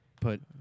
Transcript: put